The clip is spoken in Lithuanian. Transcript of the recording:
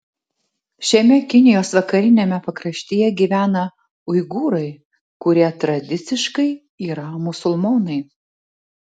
šiame kinijos vakariniame pakraštyje gyvena uigūrai kurie tradiciškai yra musulmonai